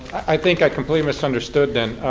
i think i completely misunderstood then.